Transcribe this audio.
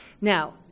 Now